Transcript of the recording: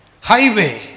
Highway